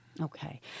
Okay